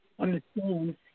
understand